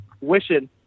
wishing